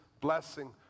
blessing